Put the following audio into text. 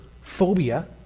phobia